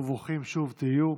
וברוכים שוב תהיו,